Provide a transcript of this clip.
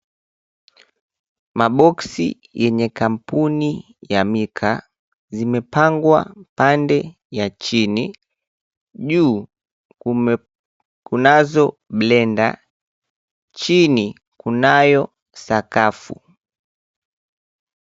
Maboxi yenye kampuni ya mika zimepangwa pande ya chini. Juu kunazo blenda chini kunayo sakafu.